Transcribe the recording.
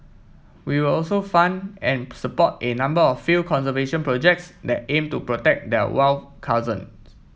we will also fund and support a number of field conservation projects that aim to protect their wild cousin